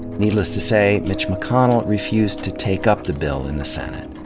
needless to say, mitch mcconnell refused to take up the bill in the senate,